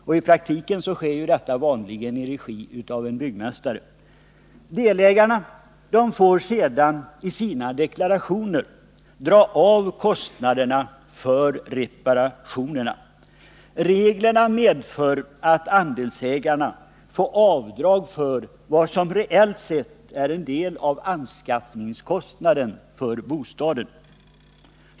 I praktiken sker detta vanligen i regi av en byggmästare. Delägarna får sedan i sina deklarationer dra av kostnaderna för reparationerna. Reglerna medför att andelsägarna får avdrag för vad som reellt sett är en del av anskaffningskostnaden för bostaden.